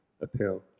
appeal